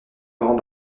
grands